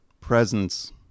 presence